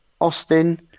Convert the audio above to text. Austin